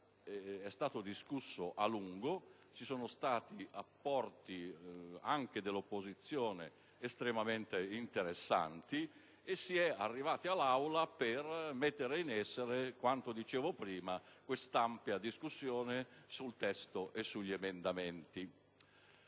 è stato discusso a lungo. Ci sono stati apporti, anche dell'opposizione, estremamente interessanti, e si è arrivati in Aula per mettere in essere questa ampia discussione sul testo e sugli emendamenti.